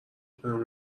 پنهون